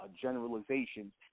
generalizations